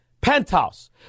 penthouse